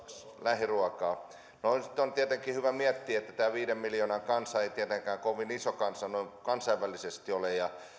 lähiruokaa no sitten on tietenkin hyvä miettiä että tämä viiden miljoonan kansa ei tietenkään kovin iso kansa noin kansainvälisesti ole